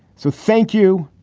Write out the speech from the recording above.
so thank you,